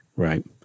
Right